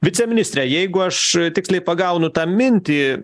viceministre jeigu aš tiksliai pagaunu tą mintį